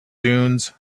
dunes